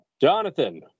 Jonathan